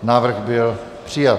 Návrh byl přijat.